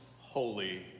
holy